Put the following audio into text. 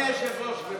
גברתי השרה,